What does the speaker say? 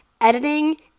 editing